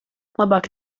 labāk